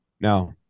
No